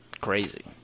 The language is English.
crazy